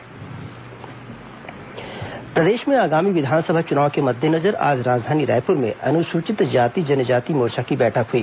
भाजपा बैठक प्रदेश में आगामी विधानसभा चुनाव के मद्देनजर आज राजधानी रायपुर में अनुसूचित जाति जनजाति मोर्चा की बैठक हुई